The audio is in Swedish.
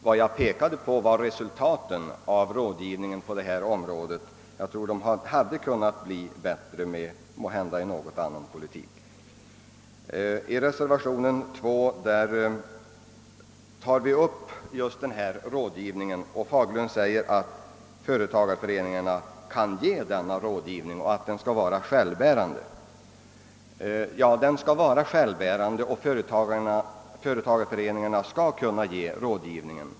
Vad jag pekade på var resultaten av rådgivningen på det området; jag tror att de måhända hade kunnat bli bättre med en annan politik. I reservationen 2 tar vi upp just rådgivningen. Herr Fagerlund säger att företagareföreningarna kan ge denna rådgivning och att den skall vara självbärande. Ja, det skall den vara och företagareföreningarna skall kunna ge rådgivningen.